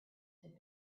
had